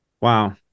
wow